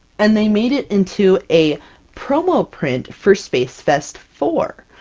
and they made it into a promo print for spacefest four.